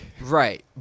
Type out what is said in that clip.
Right